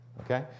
okay